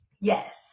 yes